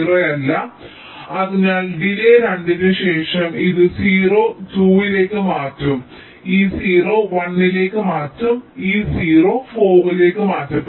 അല്ല അതിനാൽ ഡിലേയ് 2 ന് ശേഷം ഈ 0 2 ലേക്ക് മാറ്റും ഈ 0 1 ലേക്ക് മാറ്റും ഈ 0 4 ലേക്ക് മാറ്റപ്പെടും